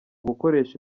gukoresha